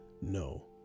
No